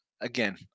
again